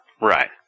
right